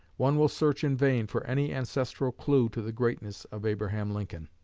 one will search in vain for any ancestral clue to the greatness of abraham lincoln.